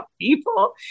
people